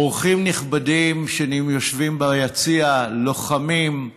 אורחים נכבדים שיושבים ביציע, לוחמים,